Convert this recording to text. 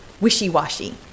wishy-washy